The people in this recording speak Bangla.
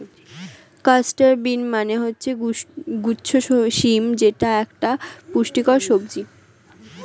ক্লাস্টার বিন মানে হচ্ছে গুচ্ছ শিম যেটা একটা পুষ্টিকর সবজি